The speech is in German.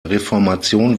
reformation